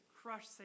crush